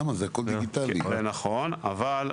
למה?